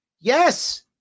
Yes